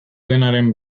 denaren